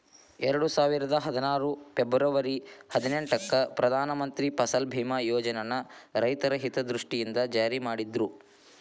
ಎರಡುಸಾವಿರದ ಹದ್ನಾರು ಫೆಬರ್ವರಿ ಹದಿನೆಂಟಕ್ಕ ಪ್ರಧಾನ ಮಂತ್ರಿ ಫಸಲ್ ಬಿಮಾ ಯೋಜನನ ರೈತರ ಹಿತದೃಷ್ಟಿಯಿಂದ ಜಾರಿ ಮಾಡಿದ್ರು